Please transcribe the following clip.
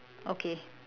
okay